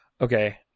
okay